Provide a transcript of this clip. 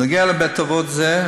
בנוגע לבית-אבות זה,